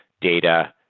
data,